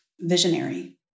visionary